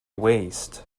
waste